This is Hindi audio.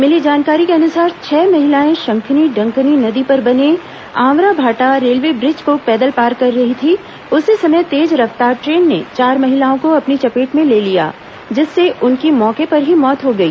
मिली जानकारी के अनुसार छह महिलाए शंखनी डंकनी नदी पर बने आंवराभाटा रेलवे ब्रिज को पैदल पार रही थी उसी समय तेज रफ्तार ट्रेन ने चार महिलाओं को अपनी चपेट में ले लिया जिससे उनकी मौके पर ही मौत हो गई